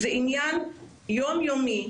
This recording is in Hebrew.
זה עניין יום יומי,